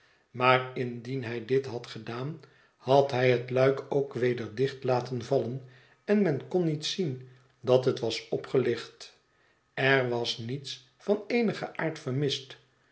maar indien hij dit had gedaan had hij het luik ook weder dicht laten vallen en men kon niet zien dat het was opgelicht er was niets van eenigen aard vermist